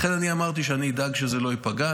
לכן אמרתי שאדאג שזה לא ייפגע.